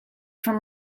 from